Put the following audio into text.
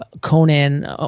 Conan